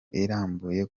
irambuye